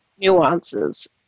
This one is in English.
nuances